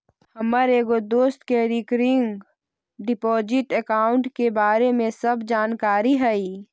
हमर एगो दोस्त के रिकरिंग डिपॉजिट अकाउंट के बारे में सब जानकारी हई